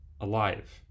alive